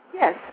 Yes